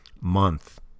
month